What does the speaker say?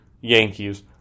Yankees